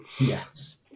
yes